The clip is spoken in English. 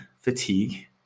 fatigue